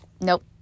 Nope